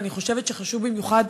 אני חושבת שחשוב במיוחד